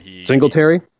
Singletary